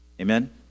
Amen